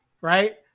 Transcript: Right